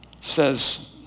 says